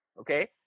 okay